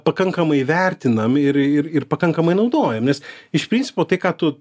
pakankamai įvertinam ir ir ir pakankamai naudojam nes iš principo tai ką tu